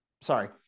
Sorry